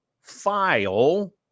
file